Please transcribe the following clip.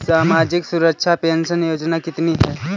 सामाजिक सुरक्षा पेंशन योजना कितनी हैं?